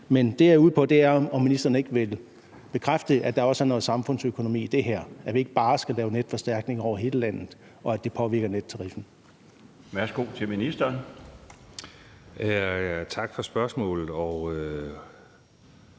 Men det, jeg er ude på, er at høre, om ministeren ikke vil bekræfte, at der også er noget samfundsøkonomi i det her, altså at vi ikke bare skal lave en netforstærkning over hele landet, og at det vil påvirke nettariffen? Kl. 14:18 Den fg. formand